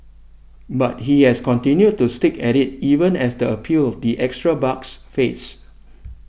but he has continued to stick at it even as the appeal the extra bucks fades